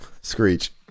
Screech